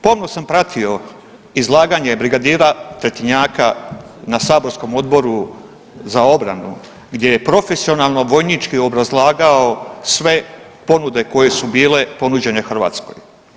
Pomno sam pratio izlaganje brigadira Tretinjaka na saborskom Odboru za obranu gdje je profesionalno vojnički obrazlagao sve ponude koje su bile ponuđene Hrvatskoj.